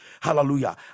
hallelujah